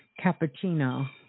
cappuccino